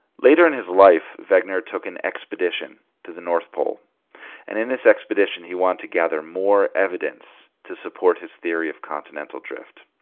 later in his life vagner took an expedition to the north pole and in this expedition he want to gather more evidence to support his theory of continental drift